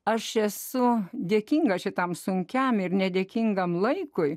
aš esu dėkinga šitam sunkiam ir nedėkingam laikui